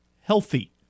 healthy